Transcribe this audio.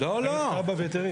היו"ר יצא.